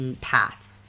path